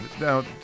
Now